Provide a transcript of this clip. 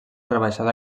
rebaixada